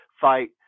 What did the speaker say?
fight